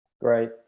Great